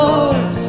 Lord